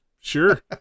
Sure